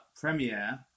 premiere